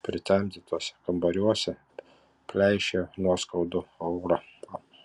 pritemdytuose kambariuose pleišėjo nuoskaudų aura